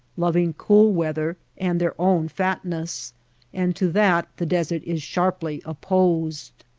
loving cool weather and their own fatness and to that the desert is sharply opposed.